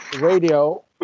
radio